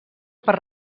per